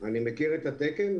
אני מכיר את התקן.